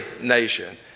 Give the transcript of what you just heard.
nation